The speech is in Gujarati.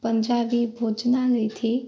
પંજાબી ભોજનાલયથી